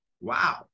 wow